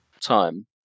time